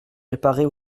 réparer